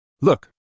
Look